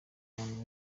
umuntu